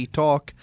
talk